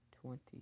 twenty